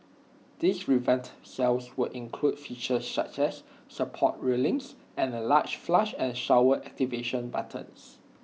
these revamped cells will include features such as support railings and the large flush and shower activation buttons